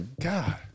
God